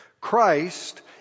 Christ